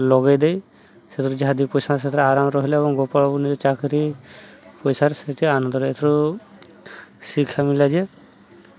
ଲଗେଇ ଦେଇ ସେଥିରୁ ଯାହା ଦୁଇ ପଇସା ସେଥିରେ ଆରାମ ରହିଲେ ଏବଂ ଗୋପଳବାବୁ ନିଜ ଚାକିରି ପଇସାର ସେଇଠି ଆନନ୍ଦରେ ଏଥିରୁ ଶିକ୍ଷା ମିଳିଲା ଯେ